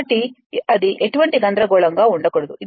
కాబట్టి అది ఎటువంటి గందరగోళంగా ఉండకూడదు